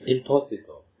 Impossible